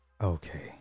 okay